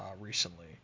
recently